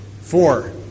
Four